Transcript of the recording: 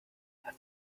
had